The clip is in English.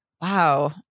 Wow